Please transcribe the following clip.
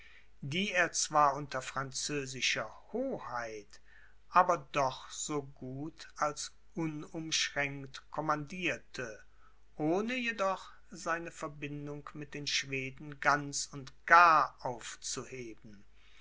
die er zwar unter französischer hoheit aber doch so gut als unumschränkt commandierte ohne jedoch seine verbindung mit den schweden ganz und gar aufzuheben